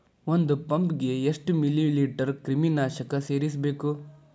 ಒಂದ್ ಪಂಪ್ ಗೆ ಎಷ್ಟ್ ಮಿಲಿ ಲೇಟರ್ ಕ್ರಿಮಿ ನಾಶಕ ಸೇರಸ್ಬೇಕ್?